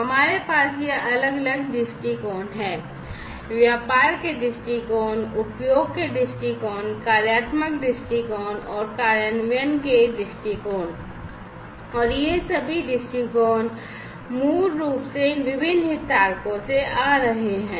हमारे पास ये अलग अलग दृष्टिकोण हैं व्यापार के दृष्टिकोण उपयोग के दृष्टिकोण कार्यात्मक दृष्टिकोण और कार्यान्वयन के दृष्टिकोण और ये सभी दृष्टिकोण मूल रूप से इन विभिन्न हितधारकों से आ रहे हैं